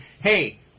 hey